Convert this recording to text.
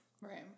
Right